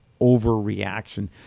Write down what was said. overreaction